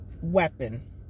weapon